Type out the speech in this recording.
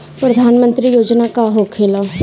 प्रधानमंत्री योजना का होखेला?